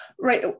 right